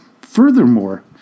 Furthermore